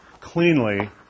cleanly